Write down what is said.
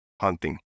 hunting